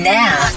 now